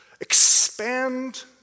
expand